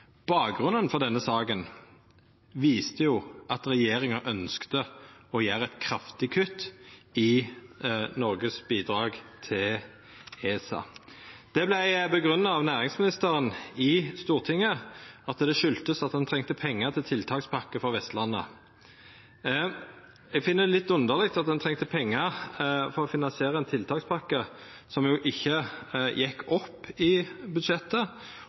Bakgrunnen for denne saka viste at regjeringa ønskte å gjera eit kraftig kutt i Noregs bidrag til ESA. Det grunngav næringsministeren i Stortinget med at kjem av at ein trong pengar til tiltakspakke for Vestlandet. Eg finn det litt underleg at ein trong pengar for å finansiera ein tiltakspakke, som jo ikkje gjekk opp i budsjettet,